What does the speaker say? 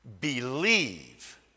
believe